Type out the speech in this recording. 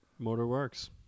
Motorworks